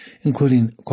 including